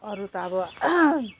अरू त अब